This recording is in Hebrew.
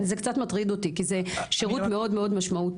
זה קצת מטריד אותי כי זה שירות מאוד מאוד משמעותי.